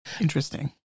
Interesting